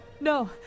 No